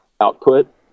output